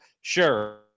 sure